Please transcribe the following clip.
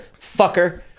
fucker